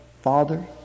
Father